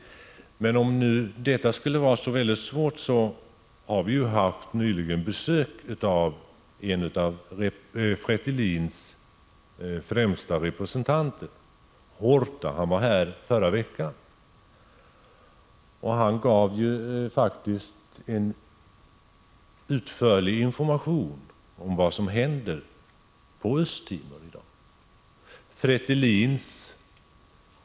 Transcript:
För den händelse att det nu skulle vara svårt att göra det, vill jag peka på att en av Fretilins främsta representanter, José Ramos Horta besökte Sverige förra veckan. Han lämnade faktiskt en utförlig information om vad som i dag händer i Östtimor.